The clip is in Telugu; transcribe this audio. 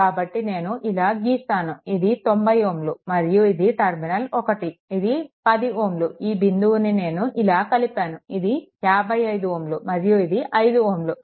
కాబట్టి నేను ఇలా గీస్తాను ఇది 90 Ω మరియు ఇది టర్మినల్ 1 ఇది 10 Ω ఈ బిందువును నేను ఇలా కలిపాను ఇది 55 Ω మరియు ఇది 5 Ω